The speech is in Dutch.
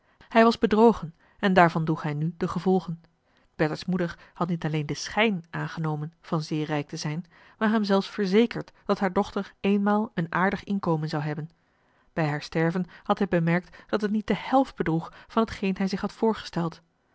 hij was bedrogen en daarvan droeg hij nu de gevolgen bertha's moeder had niet alleen den schijn aangenomen van zeer rijk te zijn maar hem zelfs verzekerd dat haar dochter eenmaal een aardig inkomen zou hebben bij haar sterven had hij bemerkt dat het niet de helft bedroeg van hetgeen hij zich had voorgesteld